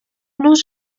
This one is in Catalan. los